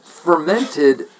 Fermented